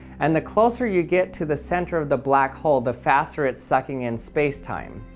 and the closer you get to the centre of the black hole the faster it's sucking in space-time.